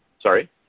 Sorry